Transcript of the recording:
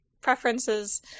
preferences